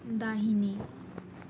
दाहिने